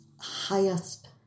highest